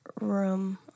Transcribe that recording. room